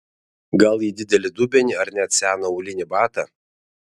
gal į didelį dubenį ar net seną aulinį batą